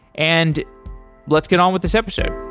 and let's get on with this episode.